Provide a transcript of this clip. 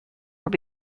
were